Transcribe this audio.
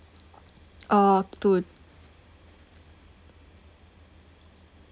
oh to